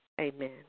Amen